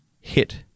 hit